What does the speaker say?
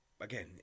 again